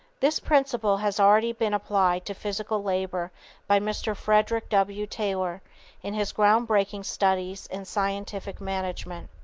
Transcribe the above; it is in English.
this principle has already been applied to physical labor by mr. frederick w. taylor in his ground-breaking studies in scientific management.